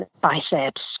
biceps